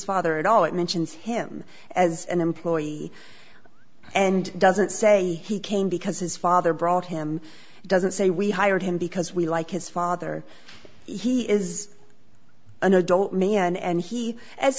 father at all it mentions him as an employee and doesn't say he came because his father brought him doesn't say we hired him because we like his father he is an adult man and he as